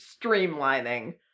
streamlining